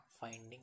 finding